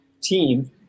team